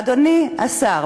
ואדוני השר,